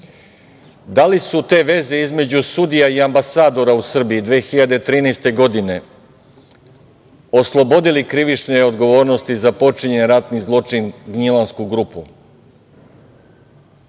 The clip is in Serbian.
Da li su te veze između sudija i ambasadora u Srbiji 2013. godine oslobodile krivične odgovornosti za počinjen ratni zločin Gnjilansku grupu?